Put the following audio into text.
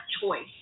choice